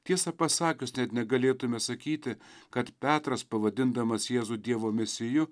tiesą pasakius net negalėtume sakyti kad petras pavadindamas jėzų dievo mesiju